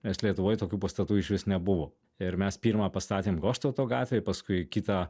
nes lietuvoj tokių pastatų išvis nebuvo ir mes pirmą pastatėm goštauto gatvėj paskui kitą